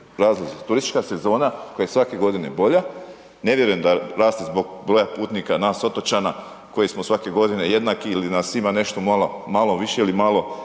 turistička sezona koja je svake godine bolja, ne vjerujem da vlasti zbog broja putnika nas otočana koji smo svake godine jednaki ili nas ima nešto malo, malo više ili malo